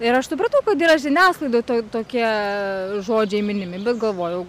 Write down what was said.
ir aš supratau kad yra žiniasklaidoj tokie žodžiai minimi bet galvojau